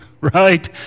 right